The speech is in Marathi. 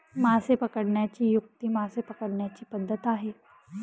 मासे पकडण्याची युक्ती मासे पकडण्याची पद्धत आहे